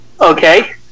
Okay